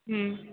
হুম